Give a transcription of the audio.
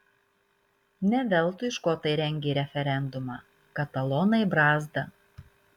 ne veltui škotai rengė referendumą katalonai brazda